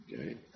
Okay